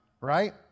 right